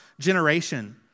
generation